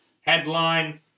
headline